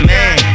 Man